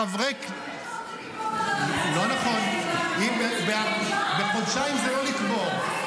------ לא נכון, בחודשיים זה לא לקבור.